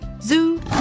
zoo